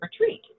retreat